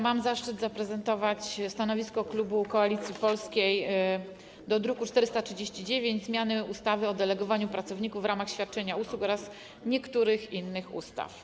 Mam zaszczyt zaprezentować stanowisko klubu Koalicji Polskiej wobec druku nr 499, zmiany ustawy o delegowaniu pracowników w ramach świadczenia usług oraz niektórych innych ustaw.